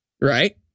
Right